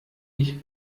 ich